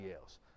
else